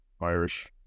Irish